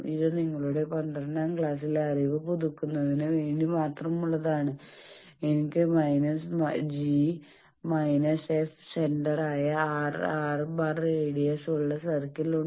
ഇത് നിങ്ങളുടെ 12 ാം ക്ലാസ്സിലെ അറിവ് പുതുക്കുന്നതിന് വേണ്ടി മാത്രമുള്ളതാണ് എനിക്ക് g−f സെന്റർ ആയ R⁻ റേഡിയസ് ഉള്ള സർക്കിൾ ഉണ്ട്